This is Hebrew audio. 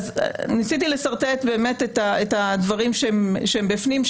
אז ניסיתי לשרטט את הדברים שהם בפנים,